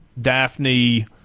Daphne